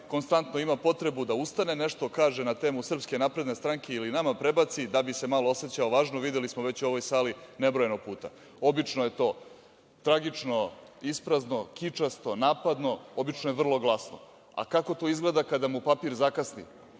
konstantno ima potrebu da ustane, nešto kaže na temu SNS ili nama prebaci da bi se malo osećao važno, videli smo već u ovoj sali nebrojano puta. Obično je to tragično, isprazno, kičasto, napadno, obično je vrlo glasno. A kako to izgleda kada mu papir zakasni,